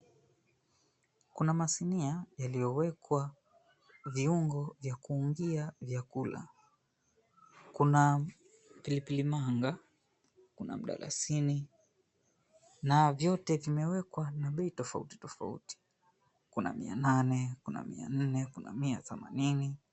Kuna masinia yaliyowekwa viungo vya kuungia vyakula; kuna pilipili manga, kuna mdalasini, na vyote vimewekwa na bei tofauti tofauti: kuna mia nane, kuna mia nne, kuna mia thamanini.